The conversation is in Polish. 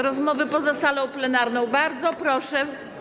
Rozmowy poza salą plenarną, bardzo proszę.